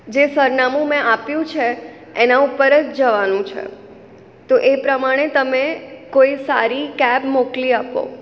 જે સરનામું મેં આપ્યું છે એના ઉપર જ જવાનું છે તો એ પ્રમાણે તમે કોઈ સારી કેબ મોકલી આપો